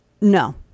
No